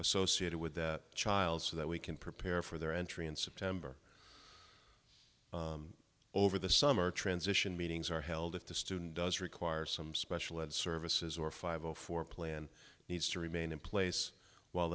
associated with that child so that we can prepare for their entry in september over the summer transition meetings are held if the student does require some special ed services or five zero four plan needs to remain in place while